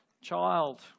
child